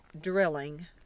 drilling